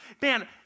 Man